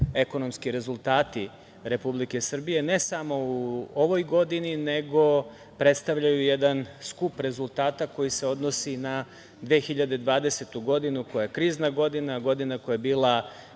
ekonomski rezultati Republike Srbije, ne samo u ovoj godini, nego predstavljaju jedan skup rezultata koji se odnosi na 2020. godinu koja je krizna godina, godina koja je bila